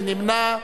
מי נמנע?